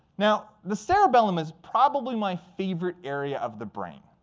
now, the cerebellum is probably my favorite area of the brain.